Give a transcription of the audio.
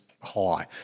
high